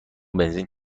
بنزین